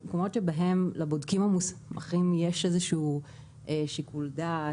לבודקים המוסמכים יש איזשהו שיקול דעת,